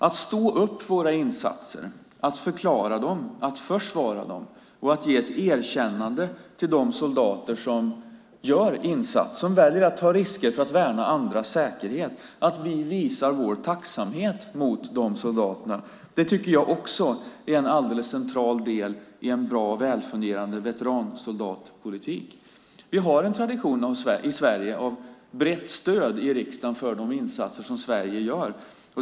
Att vi står upp för våra insatser, förklarar dem och försvarar dem, att vi ger ett erkännande till de soldater som väljer att ta risker för att värna andras säkerhet och att vi visar vår tacksamhet mot dessa soldater tycker jag också är en alldeles central del i en bra och välfungerande veteransoldatpolitik. Vi har en tradition i Sverige av brett stöd i riksdagen för de insatser som Sverige gör.